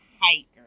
hiker